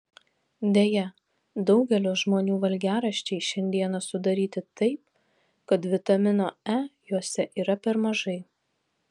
deja daugelio žmonių valgiaraščiai šiandieną sudaryti taip kad vitamino e juose yra per mažai